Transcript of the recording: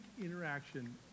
interaction